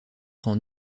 rend